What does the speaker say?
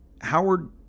Howard